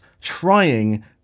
trying